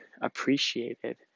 appreciated